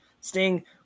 Sting